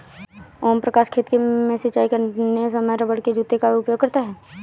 ओम प्रकाश खेत में सिंचाई करते समय रबड़ के जूते का उपयोग करता है